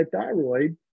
thyroid